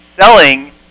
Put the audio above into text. selling